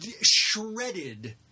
shredded